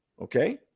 okay